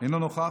אינו נוכח.